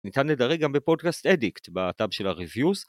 ‫ניתן לדרג גם בפודקאסט אדיקט ‫בטאב של הריוויז.